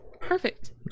Perfect